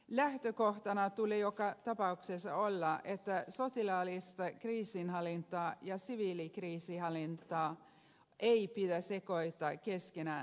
lähtökohtana tulee joka tapauksessa olla että sotilaallista kriisinhallintaa ja siviilikriisinhallintaa ei pidä sekoittaa keskenään